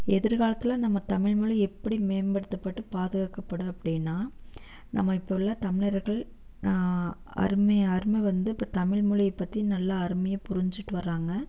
எதிர்காலத்தில் நம்ம தமிழ்மொழி எப்படி மேம்படுத்தப்பட்டு பாதுகாக்கப்படும் அப்படின்னா நம்ம இப்போ உள்ள தமிழர்கள் அருமை அருமை வந்து இப்போ தமிழ் மொழிய பற்றி நல்லா அருமையாக புரிஞ்சுகிட்டு வராங்க